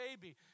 baby